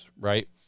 Right